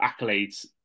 accolades